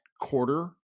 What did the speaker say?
quarter